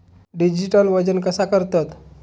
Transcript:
Digital वजन कसा करतत?